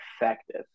effective